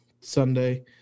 Sunday